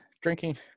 drinking